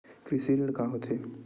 कृषि ऋण का होथे?